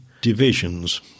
divisions